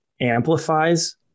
amplifies